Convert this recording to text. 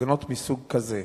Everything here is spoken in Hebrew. בהפגנות מהסוג הזה,